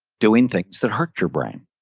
doing things that hurt your brain.